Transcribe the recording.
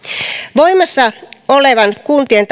voimassa olevasta kuntien